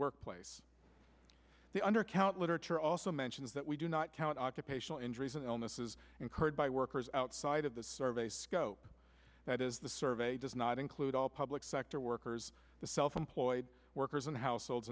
workplace the undercount literature also mentions that we do not count occupational injuries and illnesses incurred by workers outside of the survey scope that is the survey does not include all public sector workers the self employed workers and households